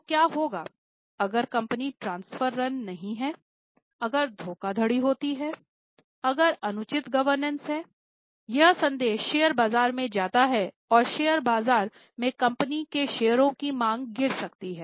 तो क्या होगा अगर कंपनी ट्रांसफर रन नहीं है अगर धोखाधड़ी होती है अगर अनुचित गवर्नेंस है यह संदेश शेयर बाजार में जाता है और शेयर बाजार में कंपनी के शेयरों की मांग गिर सकती है